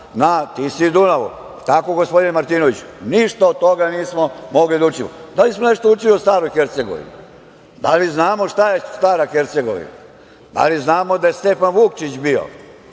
na Tisi i Dunavu. Jel tako, gospodine Martinoviću? Ništa od toga nismo mogli da učimo. Da li smo nešto učili o staroj Hercegovini? Da li znamo šta je stara Hercegovina? Da li znamo da je Stefan Vukčić bio